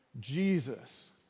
Jesus